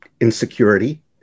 insecurity